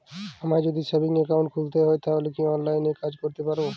আমায় যদি savings account খুলতে হয় তাহলে কি অনলাইনে এই কাজ করতে পারবো?